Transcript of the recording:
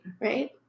Right